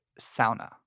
sauna